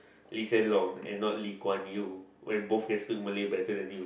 Lee-Hsien-Loong and not Lee-Kuan-Yew when both can speak Malay better than you